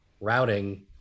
routing